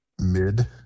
mid